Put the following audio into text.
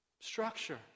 structure